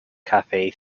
cafe